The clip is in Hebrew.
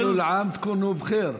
כול עאם ואנתום בח'יר.